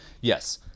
yes